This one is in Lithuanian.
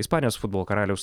ispanijos futbolo karaliaus